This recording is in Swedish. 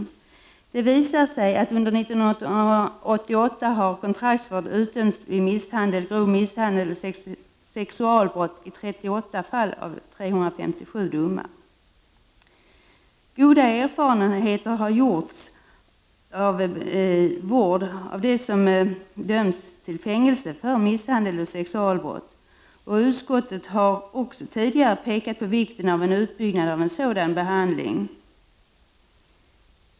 22 november 1989 Det visar sig att under år 1988 har kontraktsvård utdömts vid misshandel) ZG — tt grov misshandel och sexualbrott i 38 av 357 domar. Goda erfarenheter har gjorts av vård av dem som dömts till fängelse för misshandel och sexualbrott. Utskottet har också tidigare pekat på vikten av en utbyggnad av en sådan behandling.